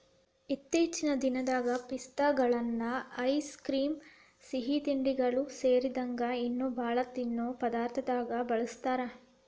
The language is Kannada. ಇತ್ತೇಚಿನ ದಿನದಾಗ ಪಿಸ್ತಾಗಳನ್ನ ಐಸ್ ಕ್ರೇಮ್, ಸಿಹಿತಿಂಡಿಗಳು ಸೇರಿದಂಗ ಇನ್ನೂ ಬಾಳ ತಿನ್ನೋ ಪದಾರ್ಥದಾಗ ಬಳಸ್ತಾರ